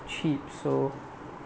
cheap so